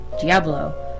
Diablo